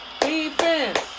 defense